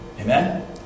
Amen